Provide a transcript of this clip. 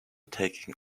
taking